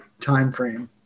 timeframe